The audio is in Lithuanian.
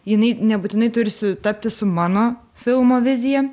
jinai nebūtinai turi sutapti su mano filmo vizija